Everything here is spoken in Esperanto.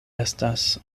estas